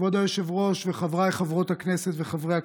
כבוד היושב-ראש וחבריי חברות הכנסת וחברי הכנסת,